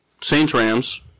Saints-Rams